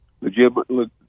legitimate